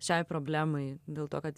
šiai problemai dėl to kad